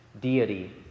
deity